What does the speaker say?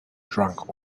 drunk